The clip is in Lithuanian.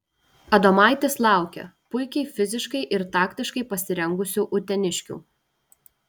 adomaitis laukia puikiai fiziškai ir taktiškai pasirengusių uteniškių